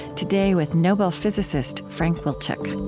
today, with nobel physicist frank wilczek